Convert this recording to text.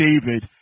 David